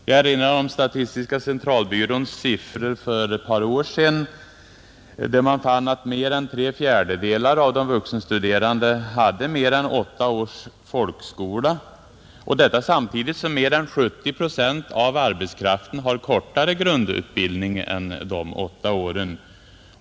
Jag erinrar om statistiska centralbyråns siffror för ett par år sedan, som visade att över tre fjärdedelar av de vuxenstuderande hade mer än åtta års folkskola, samtidigt som mer än 70 procent av arbetskraften har kortare grundutbildning än åtta år.